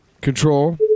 Control